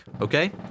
Okay